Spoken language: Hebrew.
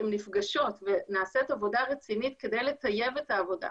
הן נפגשות ונעשית עבודה רצינית כדי לטייב את העבודה.